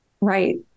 right